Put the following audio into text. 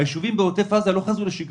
הישובים בעוטף עזה לא חזרו לשגרה,